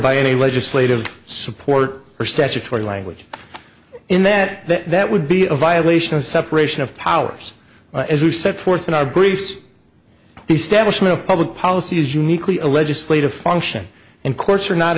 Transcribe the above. by any legislative support or statutory language in that that that would be a violation of separation of powers as you set forth in our briefs establishment of public policy is uniquely a legislative function and courts are not